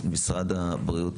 משרד הבריאות,